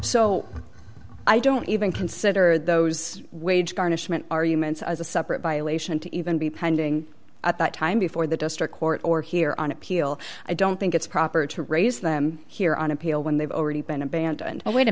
so i don't even consider those wage garnishment arguments as a separate violation to even be pending at that time before the district court or here on appeal i don't think it's proper to raise them here on appeal when they've already been abandoned wait a